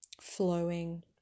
flowing